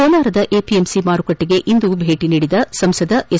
ಕೋಲಾರದ ಎಪಿಎಂಸಿ ಮಾರುಕಟ್ಟೆಗೆ ಇಂದು ಭೇಟಿ ನೀಡಿದ ಸಂಸದ ಎಸ್